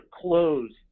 close